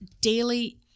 daily